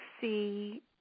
see